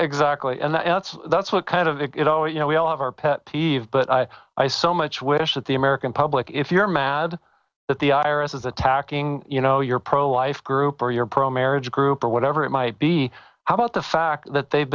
exactly and that's what kind of it all you know we all have our pet peeve but i i so much wish that the american public if you're mad at the irises attacking you know your pro life group or your pro marriage group or whatever it might be how about the fact that they